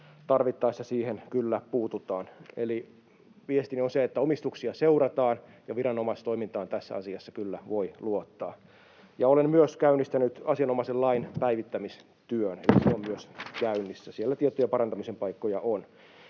tarvittaessa siihen kyllä puututaan. Eli viestini on se, että omistuksia seurataan ja viranomaistoimintaan tässä asiassa kyllä voi luottaa. Ja olen myös käynnistänyt asianomaisen lain päivittämistyön, eli myös se on käynnissä — siellä tiettyjä parantamisen paikkoja on.